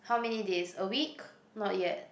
how many days a week not yet